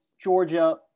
georgia